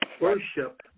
worship